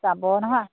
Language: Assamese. যাব নহয়